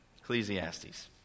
Ecclesiastes